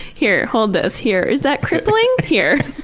here hold this. here, is that crippling? here.